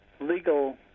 legal